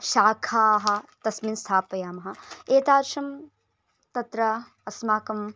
शाखाः तस्मिन् स्थापयामः एतादृशं तत्र अस्माकम्